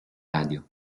radio